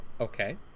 Okay